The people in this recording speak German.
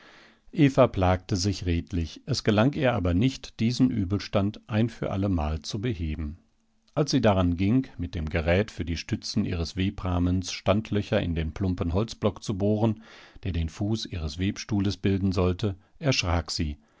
eva plagte sich redlich es gelang ihr aber nicht diesen übelstand ein für allemal zu beheben als sie daran ging mit dem gerät für die stützen ihres webrahmens standlöcher in den plumpen holzblock zu bohren der den fuß ihres webstuhles bilden sollte erschrak sie